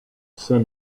saint